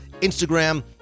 Instagram